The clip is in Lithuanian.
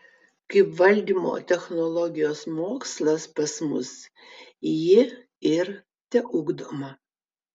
kaip valdymo technologijos mokslas pas mus ji ir teugdoma